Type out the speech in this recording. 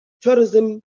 tourism